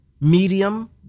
medium